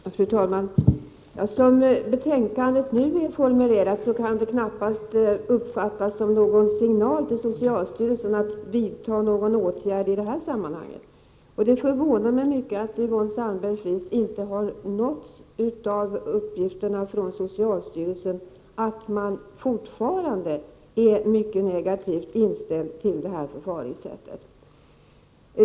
Fru talman! Som betänkandet är formulerat kan det knappast uppfattas som en signal till socialstyrelsen om att denna skall vidta åtgärder i detta sammanhang. Det förvånar mig mycket att Yvonne Sandberg-Fries inte har nåtts av uppgifterna från socialstyrelsen om att man fortfarande är mycket negativt inställd till det här förfaringssättet.